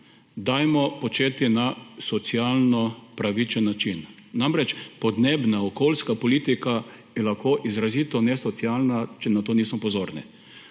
dajmo početi na socialno pravičen način. Namreč, podnebna okoljska politika je lahko izrazito nesocialna, če na to nismo pozorni.